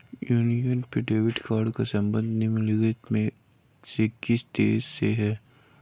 Union पे debit card का संबंध निम्नलिखित में से किस देश से है?